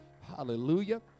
Hallelujah